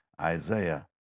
Isaiah